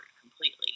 completely